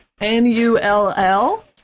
N-U-L-L